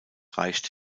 reicht